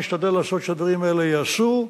אני אשתדל לעשות כדי שהדברים האלה ייעשו.